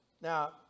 Now